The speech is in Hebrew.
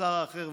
השר האחר,